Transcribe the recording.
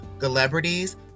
Celebrities